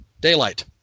Daylight